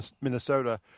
Minnesota